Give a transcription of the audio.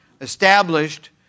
established